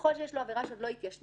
ככל שיש לו עבירה שעוד לא התיישנה,